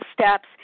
steps